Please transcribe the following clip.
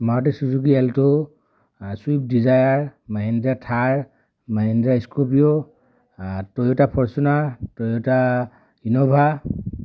Maruti Suzuki Alto Swift Dzire Mahindra Thar Mahindra Scorpio Toyota Fortuner Toyota Innova